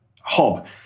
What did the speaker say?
hob